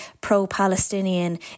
pro-Palestinian